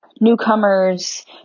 Newcomers